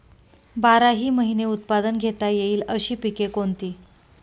बाराही महिने उत्पादन घेता येईल अशी पिके कोणती?